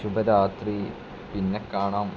ശുഭരാത്രി പിന്നെക്കാണാം